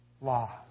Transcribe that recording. law